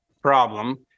problem